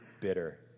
bitter